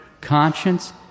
conscience